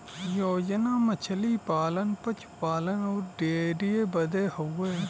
योजना मछली पालन, पसु पालन अउर डेयरीए बदे हउवे